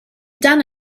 done